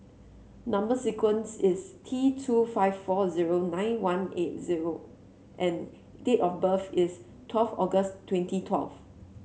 number sequence is T two five four zero nine one eight zero and date of birth is twelve August twenty twelve